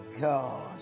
God